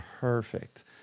perfect